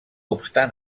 obstant